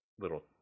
little